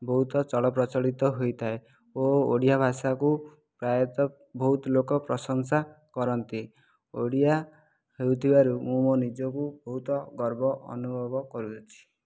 ବହୁତ ଚଳପ୍ରଚଳିତ ହୋଇଥାଏ ଓ ଓଡ଼ିଆ ଭାଷାକୁ ପ୍ରାୟତଃ ବହୁତ ଲୋକ ପ୍ରଶଂସା କରନ୍ତି ଓଡ଼ିଆ ହୋଇଥିବାରୁ ମୁଁ ମୋ ନିଜକୁ ବହୁତ ଗର୍ବ ଅନୁଭବ କରୁଅଛି